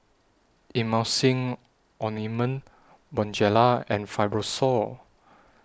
Emulsying Ointment Bonjela and Fibrosol